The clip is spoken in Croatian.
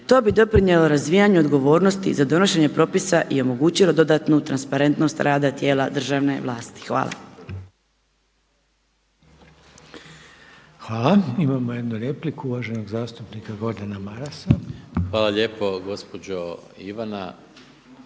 To bi doprinijelo razvijanju odgovornosti za donošenje propisa i omogućilo dodatnu transparentnost rada tijela državne vlasti. Hvala.